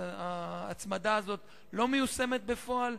ההצמדה הזאת לא מיושמת בפועל.